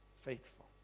faithful